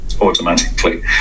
automatically